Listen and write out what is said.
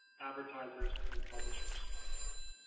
advertisers and publishers.